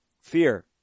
fear